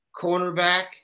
cornerback